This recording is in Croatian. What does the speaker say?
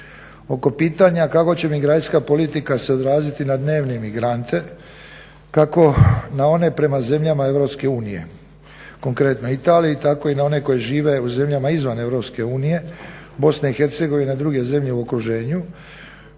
Oko pitanja kako će migracijska politika se odraziti na dnevne migrante kako na one prema zemljama EU, konkretno Italije tako i na one koji žive u zemljama izvan EU, BiH i druge zemlje u okruženju.